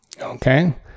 okay